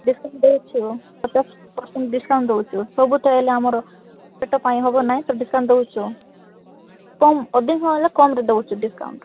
discount ଦଉଛୁ percent discount ଦଉଛୁ ସବୁ ତ ହେଲେ ଆମର ପେଟ ପାଇଁ ହବ ନାଇଁ ତ ଡିସକାଉଣ୍ଟ ଦଉଛୁ କମ୍ ଅଧିକ ହେଲେ କମ୍ ରେ ଦଉଛୁ ଡିସକାଉଣ୍ଟ